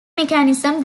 mechanism